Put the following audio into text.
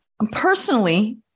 Personally